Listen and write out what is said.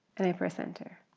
and i press enter?